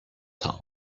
town